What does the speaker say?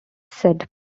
said